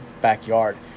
backyard